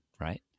right